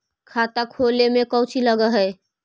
खाता खोले में कौचि लग है?